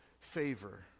favor